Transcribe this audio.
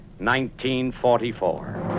1944